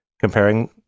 comparing